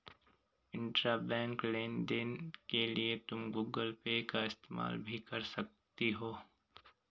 intrabank लेन देन के लिए तुम गूगल पे का इस्तेमाल भी कर सकती हो